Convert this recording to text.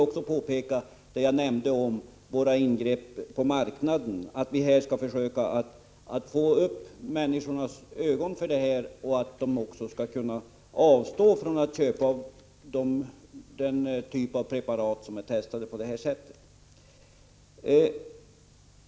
Beträffande våra ingrepp på marknaden vill jag framhålla att vi skall försöka att öppna människornas ögon för de här problemen, så att människorna avstår från att köpa preparat som har testats på det här sättet.